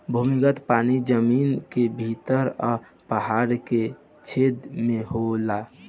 भूमिगत पानी जमीन के भीतर आ पहाड़ के छेद में होला